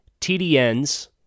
TDN's